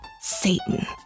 Satan